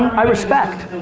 i respect.